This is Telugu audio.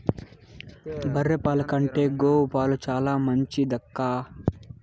బర్రె పాల కంటే గోవు పాలు చాలా మంచిదక్కా